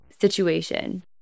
Situation